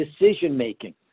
decision-making